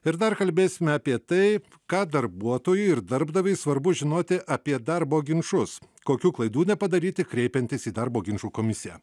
ir dar kalbėsime apie tai ką darbuotojui ir darbdaviui svarbu žinoti apie darbo ginčus kokių klaidų nepadaryti kreipiantis į darbo ginčų komisiją